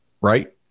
right